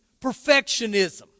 perfectionism